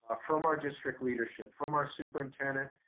ah from our district leadership, from our superintendent,